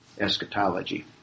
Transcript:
eschatology